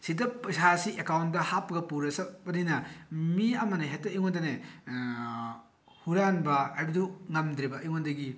ꯁꯤꯗ ꯄꯩꯁꯥꯁꯤ ꯑꯦꯀꯥꯎꯟꯗ ꯍꯥꯞꯂꯒ ꯄꯨꯔꯒ ꯆꯠꯄꯅꯤꯅ ꯃꯤ ꯑꯃꯅ ꯍꯦꯛꯇ ꯑꯩꯉꯣꯟꯗꯅꯦ ꯍꯨꯔꯥꯟꯕ ꯍꯥꯏꯕꯗꯨ ꯉꯝꯗ꯭ꯔꯦꯕ ꯑꯩꯉꯣꯟꯗꯒꯤ